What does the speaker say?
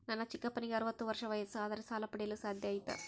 ನನ್ನ ಚಿಕ್ಕಪ್ಪನಿಗೆ ಅರವತ್ತು ವರ್ಷ ವಯಸ್ಸು ಆದರೆ ಸಾಲ ಪಡೆಯಲು ಸಾಧ್ಯ ಐತಾ?